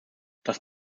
das